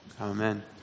Amen